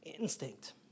instinct